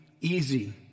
easy